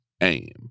aim